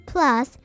Plus